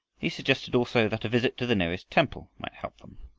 he suggested, also, that a visit to the nearest temple might help them.